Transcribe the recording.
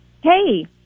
hey